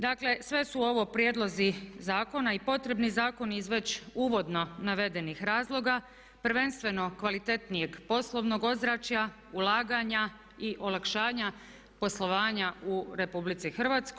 Dakle sve su ovo prijedlozi zakona i potrebni zakoni iz veći uvodno navedenih razloga, prvenstveno kvalitetnijeg poslovnog ozračja, ulaganja i olakšanja poslovanja u RH.